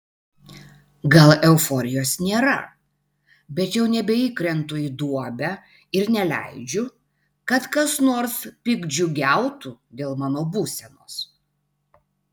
gal euforijos nėra bet jau nebeįkrentu į duobę ir neleidžiu kad kas nors piktdžiugiautų dėl mano būsenos